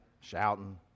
Shouting